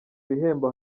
bihembo